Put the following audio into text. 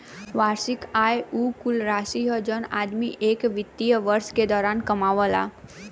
वार्षिक आय उ कुल राशि हौ जौन आदमी एक वित्तीय वर्ष के दौरान कमावला